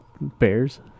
bears